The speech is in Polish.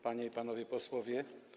Panie i Panowie Posłowie!